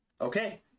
Okay